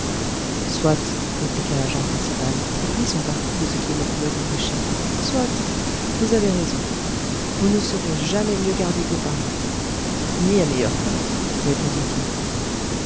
soit répliqua l'agent principal qui prit son parti de ce qu'il ne pouvait empêcher soit vous avez raison vous ne serez jamais mieux gardé que par nous ni à meilleur compte répondit kin fo